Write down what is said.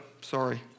sorry